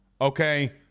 okay